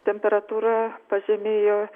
temperatūra pažemėjo